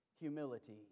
humility